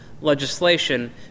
legislation